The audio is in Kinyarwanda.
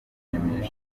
kwisanzura